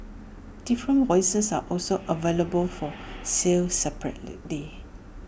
different voices are also available for sale separately